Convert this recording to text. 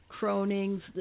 cronings